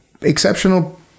exceptional